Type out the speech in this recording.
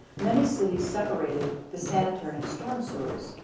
many cities separated the sanitary and storm sewers.